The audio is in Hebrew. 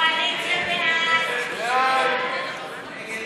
מי נגד?